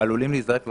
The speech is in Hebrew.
שעלולים להיזרק לרחוב,